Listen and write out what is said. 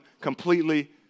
completely